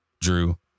Drew